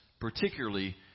particularly